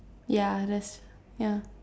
ya that's ya